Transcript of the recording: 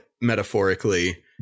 metaphorically